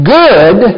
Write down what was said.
good